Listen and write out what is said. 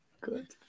good